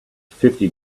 fifty